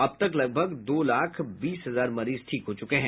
अब तक लगभग दो लाख बीस हजार मरीज ठीक हो चुके हैं